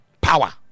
power